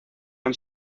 han